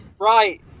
right